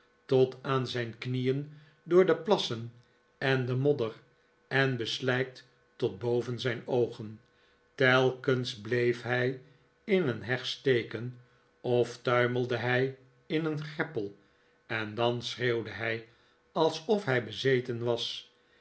tot aan zijn knieen door de plassen en de modder en beslijkt tot boven zijn oogen telkens bleef hij in een heg steken of tuimelde hij in een greppel en dan schreeuwde hij alsof hij bezeten was